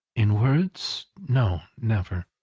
in words. no. never.